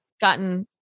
gotten